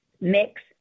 mix